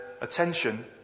attention